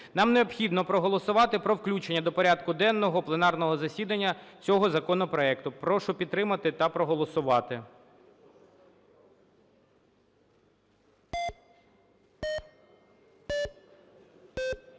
Нам необхідно проголосувати про включення до порядку денного пленарного засідання цього законопроекту. Прошу підтримувати та проголосувати.